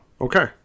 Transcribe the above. Okay